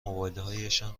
موبایلهایشان